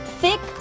thick